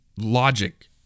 logic